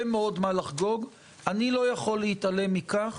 להתעלם מכך